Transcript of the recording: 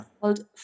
called